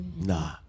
Nah